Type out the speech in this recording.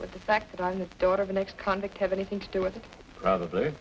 for the fact that i'm the daughter of an ex convict have anything to do with the probably